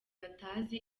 batazi